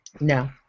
No